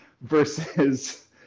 versus